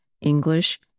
English